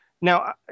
Now